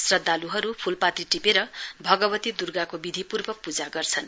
श्रध्दालुहरु आज फूलपाती टिपेर भगवती दुर्गाको विधिपूर्वक पूजा गर्छन